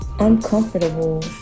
uncomfortable